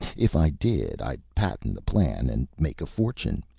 if i did, i'd patent the plan and make a fortune.